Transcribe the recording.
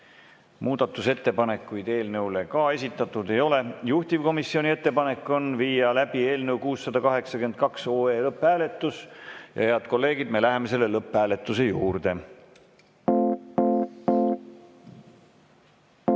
Muudatusettepanekuid eelnõu kohta ka esitatud ei ole. Juhtivkomisjoni ettepanek on viia läbi eelnõu 682 lõpphääletus. Head kolleegid, me läheme lõpphääletuse juurde.